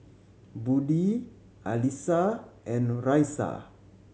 Budi Alyssa and Raisya